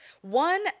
one